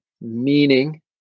meaning